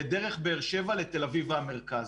ודרך שם למרכז.